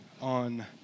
on